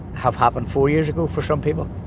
have happened four years ago for some people,